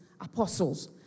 apostles